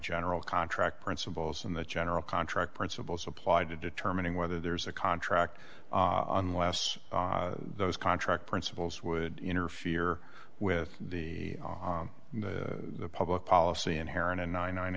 general contract principles and the general contract principles applied to determining whether there's a contract unless those contract principles would interfere with the public policy inherent in nine